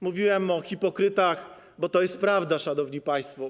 Mówiłem o hipokrytach, bo to jest prawda, szanowni państwo.